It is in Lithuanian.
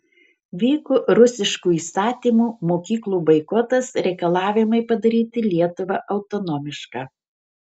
vyko rusiškų įstatymų mokyklų boikotas reikalavimai padaryti lietuvą autonomišką